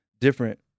different